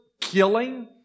killing